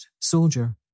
soldier